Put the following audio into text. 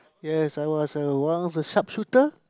yes I was I was one of the sharpshooter